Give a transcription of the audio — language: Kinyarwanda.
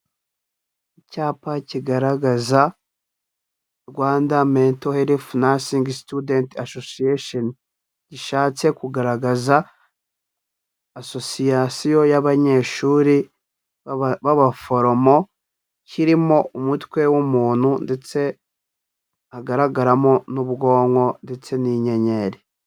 Icyapa kigaragaza Rwanda Mental Health Nursing Student Asociation. Gishatse kugaragaza association y'abanyeshuri b'abaforomo, kirimo umutwe w'umuntu ndetse hagaragaramo n'ubwonko ndetse n'inyenyeri.